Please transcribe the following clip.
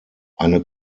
eine